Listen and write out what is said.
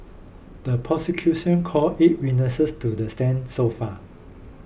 the prosecution call eight witnesses to the stand so far